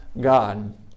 God